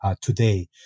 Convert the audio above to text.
today